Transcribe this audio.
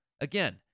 Again